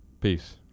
Peace